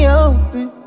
open